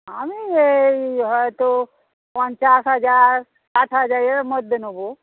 আমি এই হয়তো পঞ্চাশ হাজার ষাট হাজার এর মধ্যে নেব